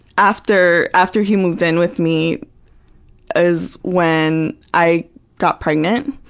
after after he moved in with me is when i got pregnant,